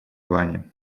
плане